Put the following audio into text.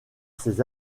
ses